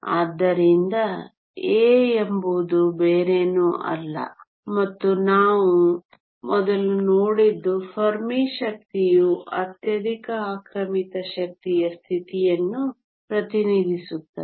ಆದ್ದರಿಂದ A ಎಂಬುದು ಬೇರೇನೂ ಅಲ್ಲ ಮತ್ತು ನಾವು ಮೊದಲು ನೋಡಿದ್ದು ಫೆರ್ಮಿ ಶಕ್ತಿಯು ಅತ್ಯಧಿಕ ಆಕ್ರಮಿತ ಶಕ್ತಿಯ ಸ್ಥಿತಿಯನ್ನು ಪ್ರತಿನಿಧಿಸುತ್ತದೆ